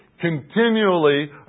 continually